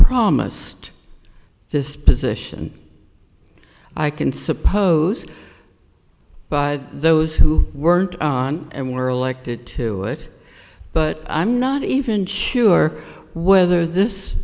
promised this position i can suppose but those who weren't and were elected to it but i'm not even sure whether this